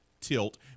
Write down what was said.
tilt